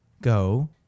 go